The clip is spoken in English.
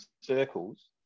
circles